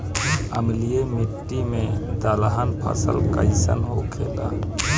अम्लीय मिट्टी मे दलहन फसल कइसन होखेला?